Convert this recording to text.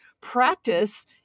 practice